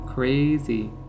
Crazy